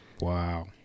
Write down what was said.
Wow